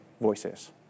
voices